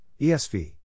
ESV